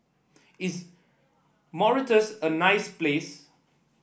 is Mauritius a nice place